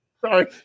Sorry